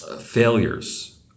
failures